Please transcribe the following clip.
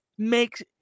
makes